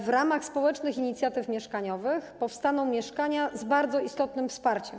W ramach społecznych inicjatyw mieszkaniowych powstaną mieszkania z bardzo istotnym wsparciem.